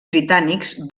britànics